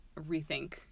rethink